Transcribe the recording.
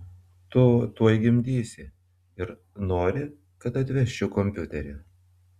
tu tuoj gimdysi ir nori kad atvežčiau kompiuterį